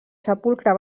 sepulcre